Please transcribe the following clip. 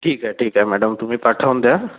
ठीक आहे ठीक आहे मॅडम तुम्ही पाठवून द्या